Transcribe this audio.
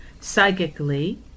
Psychically